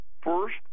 first